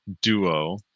duo